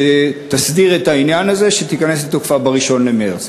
שמסדירה את העניין הזה, שתיכנס לתוקפה ב-1 במרס.